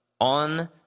On